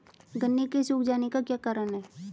गन्ने के सूख जाने का क्या कारण है?